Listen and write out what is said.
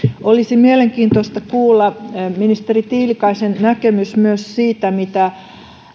olisi mielenkiintoista kuulla ministeri tiilikaisen näkemys myös siitä mitä